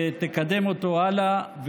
ותקדם אותו הלאה.